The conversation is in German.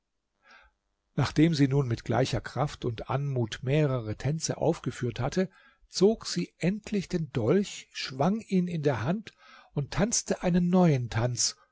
nachdem sie nun mit gleicher kraft und anmut mehrere tänze aufgeführt hatte zog sie endlich den dolch schwang ihn in der hand und tanzte einen neuen tanz